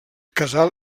casal